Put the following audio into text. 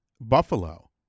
Buffalo